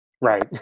right